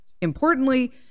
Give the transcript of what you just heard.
importantly